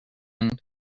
end